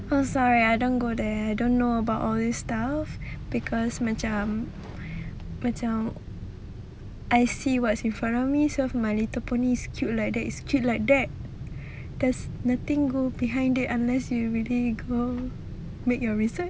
oh sorry I don't go there I don't know about all this stuff because macam macam I see what's in front of me so my little pony is cute like that is cute like that there's nothing go behind it unless you really go make your reason